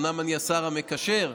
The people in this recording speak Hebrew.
אומנם אני השר המקשר,